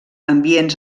ambients